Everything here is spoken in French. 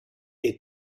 est